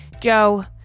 Joe